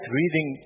reading